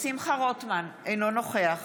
אינו נוכח